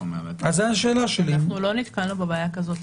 לא נתקלנו בבעיה כזו.